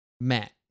Matt